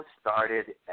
started